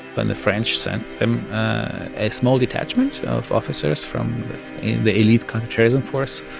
then the french sent them a small detachment of officers from in the elite counterterrorism force